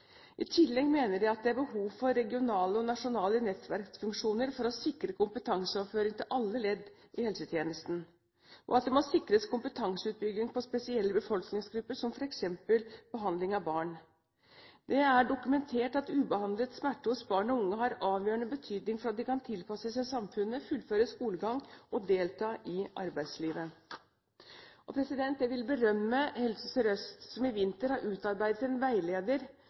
I tillegg mener de det er behov for regionale og nasjonale nettverksfunksjoner for å sikre kompetanseoverføring til alle ledd i helsetjenesten. Det må også sikres kompetanseutbygging på spesielle befolkningsgrupper, f.eks. når det gjelder behandling av barn. Det er dokumentert at ubehandlet smerte hos barn og unge har avgjørende betydning for om de kan tilpasse seg samfunnet, fullføre skolegang og delta i arbeidslivet. Jeg vil berømme Helse Sør-Øst, som i vinter har utarbeidet en veileder